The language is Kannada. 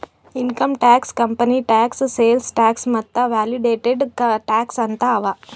income tax, company tax, sales tax ಮತ್ತ ವ್ಯಾಲೂ ಯಾಡೆಡ್ ಟ್ಯಾಕ್ಸ್ ಅಂತ್ ಅವಾ